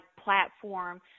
platform